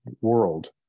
world